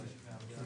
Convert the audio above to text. תנו עידוד.